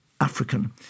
African